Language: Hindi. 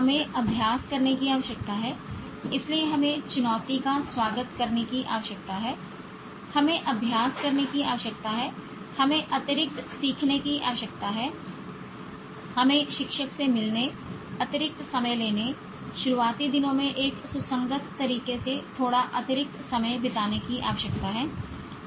हमें अभ्यास करने की आवश्यकता है इसलिए हमें चुनौती का स्वागत करने की आवश्यकता है हमें अभ्यास करने की आवश्यकता है हमें अतिरिक्त सीखने की आवश्यकता है हमें शिक्षक से मिलने अतिरिक्त समय लेने शुरुआती दिनों में एक सुसंगत तरीके से थोड़ा अतिरिक्त समय बिताने की आवश्यकता है